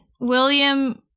William